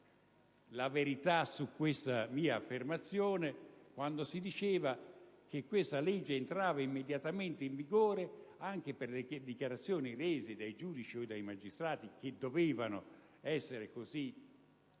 la verità su questa mia affermazione, quando si diceva che questa legge entrava immediatamente in vigore anche per le dichiarazioni rese dai giudici o dai magistrati che dovevano essere così esclusi